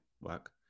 work